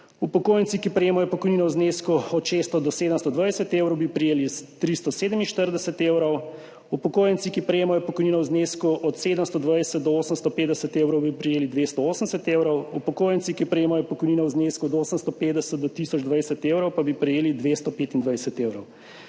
Upokojenci, ki prejemajo pokojnino v znesku od 600 do 720 evrov, bi prejeli 347 evrov. Upokojenci, ki prejemajo pokojnino v znesku od 720 do 850 evrov, bi prejeli 280 evrov. Upokojenci, ki prejemajo pokojnino v znesku od 850 do 1020 evrov, pa bi prejeli 225 evrov.